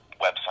website